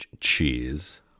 cheese